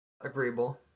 Agreeable